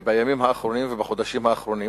בימים האחרונים ובחודשים האחרונים,